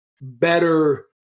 better